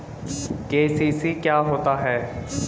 KCC क्या होता है?